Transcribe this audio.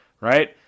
right